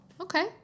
okay